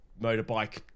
motorbike